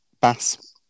Bass